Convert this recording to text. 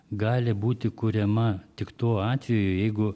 gali būti kuriama tik tuo atveju jeigu